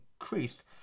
increased